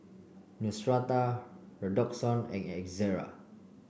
neostrata Redoxon and Ezerra